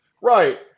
Right